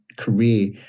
career